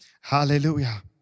Hallelujah